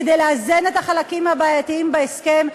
כדי לאזן את החלקים הבעייתיים בהסכם,